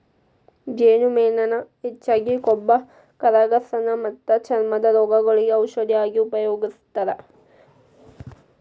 ಜೇನುಮೇಣಾನ ಹೆಚ್ಚಾಗಿ ಕೊಬ್ಬ ಕರಗಸಾಕ ಮತ್ತ ಚರ್ಮದ ರೋಗಗಳಿಗೆ ಔಷದ ಆಗಿ ಉಪಯೋಗಸ್ತಾರ